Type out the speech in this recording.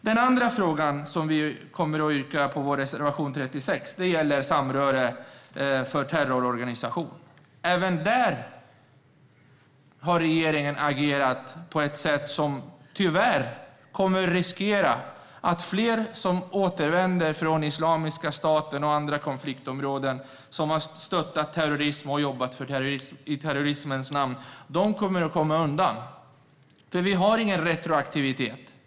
Den andra reservationen som vi kommer att yrka bifall till, vår reservation 36, gäller samröre med terrororganisation. Även där har regeringen agerat på ett sätt som tyvärr skapar risk att fler som återvänder från Islamiska staten och andra konfliktområden, som har stöttat terrorism och jobbat i terrorismens namn, kommer att komma undan. Vi har nämligen ingen retroaktivitet i Sverige.